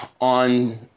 on